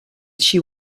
she